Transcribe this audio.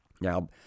Now